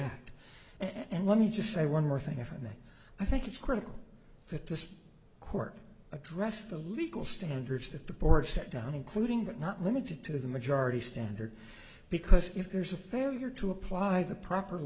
act and let me just say one more thing i find that i think it's critical that this court addressed the legal standards that the board set down including but not limited to the majority standard because if there's a failure to apply the proper